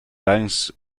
banks